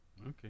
Okay